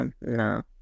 no